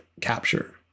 capture